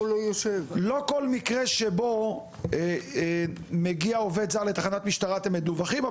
לא כל מקרה שבו מגיע עובד זר לתחנת משטרה אתם מדווחים,